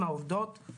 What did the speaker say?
רבותיי, בוקר טוב.